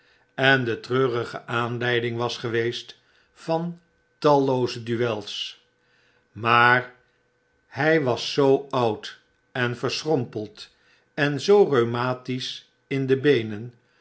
en de treurige aanleiding was geweest van tallooze duels maar hy was zoo oud en verschrompeld en zoo rheumatisch in de beenen